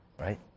right